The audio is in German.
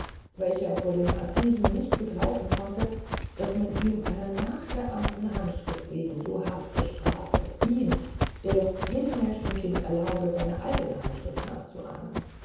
welcher vor den assisen nicht begreifen konnte daß man ihn einer nachgeahmten handschrift wegen so hart bestrafe ihn der doch jedem menschenkind erlaube seine eigne handschrift nachzuahmen